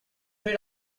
rid